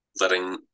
letting